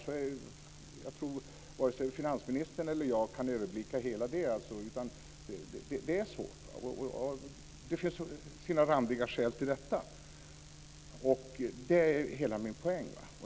Jag tror inte att vare sig finansministern eller jag kan överblicka hela det systemet, det är svårt. Det har sina randiga skäl. Det är hela min poäng.